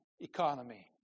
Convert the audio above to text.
economy